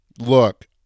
Look